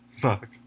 Fuck